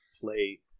play